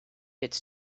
it’s